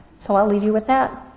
so i'll leave you with that.